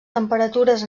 temperatures